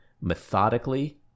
methodically